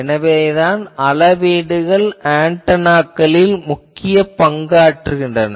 எனவேதான் அளவீடுகள் ஆன்டெனாக்களில் முக்கியப் பங்காற்றுகின்றன